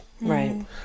Right